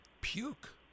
puke